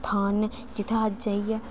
स्थान न जित्थै अस जाइयै